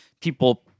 people